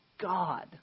God